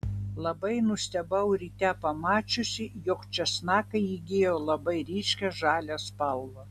labai nustebau ryte pamačiusi jog česnakai įgijo labai ryškią žalią spalvą